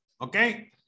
okay